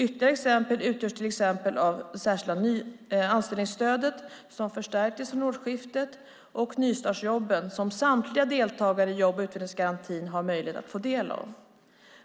Ytterligare exempel utgörs av det särskilda anställningsstödet som förstärktes från årsskiftet och nystartsjobben som samtliga deltagare i jobb och utvecklingsgarantin har möjlighet att få del av.